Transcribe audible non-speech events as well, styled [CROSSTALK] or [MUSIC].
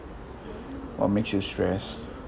what makes you stress [NOISE]